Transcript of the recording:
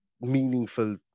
meaningful